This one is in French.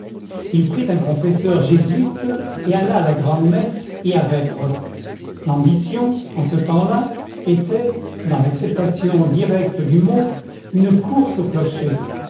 il prit un confesseur jésuite et alla à la grand'messe et à vêpres l'ambition en ce temps-là était dans l'acception directe du mot une course au clocher